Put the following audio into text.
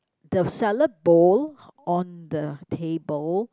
the salad bowl on the table